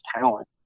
talent